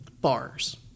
Bars